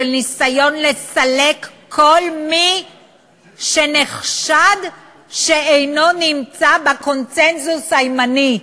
של ניסיון לסלק כל מי שנחשד שאינו נמצא בקונסנזוס הימני.